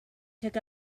took